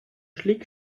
schlick